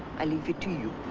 i leave it to you.